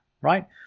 right